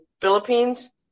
Philippines